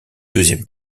deuxième